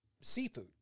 seafood